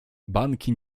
banki